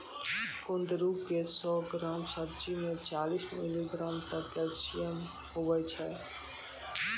कुंदरू के सौ ग्राम सब्जी मे चालीस मिलीग्राम तक कैल्शियम हुवै छै